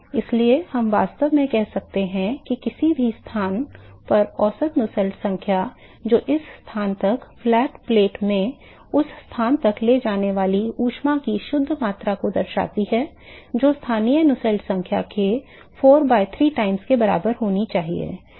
इसलिए हम वास्तव में कह सकते हैं कि किसी भी स्थान पर औसत नुसेल्ट संख्या जो उस स्थान तक फ्लैट प्लेट में उस स्थान तक ले जाने वाली ऊष्मा की शुद्ध मात्रा को दर्शाती है जो स्थानीय नुसेल्ट संख्या के 4 by 3 times के बराबर होनी चाहिए